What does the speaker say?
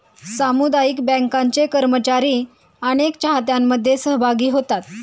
सामुदायिक बँकांचे कर्मचारी अनेक चाहत्यांमध्ये सहभागी होतात